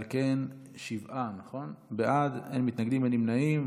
על כן שבעה בעד, אין מתנגדים ואין נמנעים.